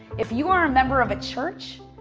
if you are a member of a church,